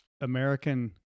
American